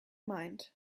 mind